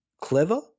clever